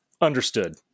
understood